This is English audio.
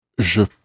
Je